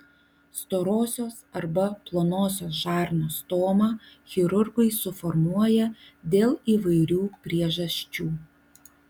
storosios arba plonosios žarnos stomą chirurgai suformuoja dėl įvairių priežasčių